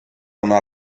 una